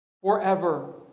Forever